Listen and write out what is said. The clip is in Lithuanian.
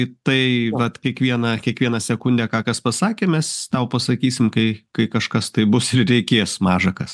į tai vat kiekvieną kiekvieną sekundę ką kas pasakė mes tau pasakysim kai kai kažkas tai bus ir reikės maža kas